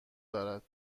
دارد